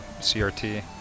CRT